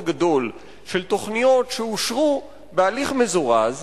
גדול של תוכניות שאושרו בהליך מזורז,